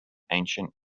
ancient